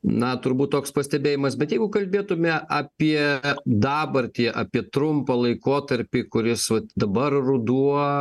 na turbūt toks pastebėjimas bet jeigu kalbėtume apie dabartį apie trumpą laikotarpį kuris vat dabar ruduo